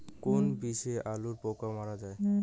কোন বিষে আলুর পোকা মারা যায়?